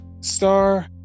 star